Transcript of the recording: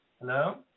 Hello